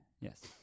Yes